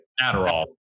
Adderall